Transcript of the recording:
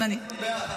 אז אני --- אנחנו בעד,